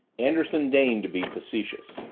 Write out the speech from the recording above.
anderson deigned to be facetious.